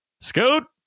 Scoot